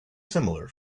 similar